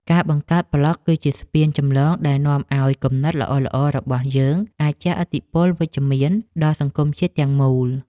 ការបង្កើតប្លក់គឺជាស្ពានចម្លងដែលនាំឱ្យគំនិតល្អៗរបស់យើងអាចជះឥទ្ធិពលវិជ្ជមានដល់សង្គមជាតិទាំងមូល។